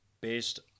based